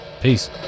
peace